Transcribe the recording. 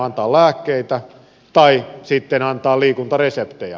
antaa lääkkeitä tai sitten antaa liikuntareseptejä